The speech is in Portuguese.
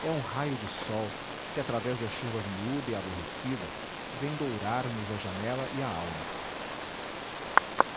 é um raio de sol que através da chuva miúda e aborrecida vem dourarnos a janela e a alma